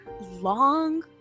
long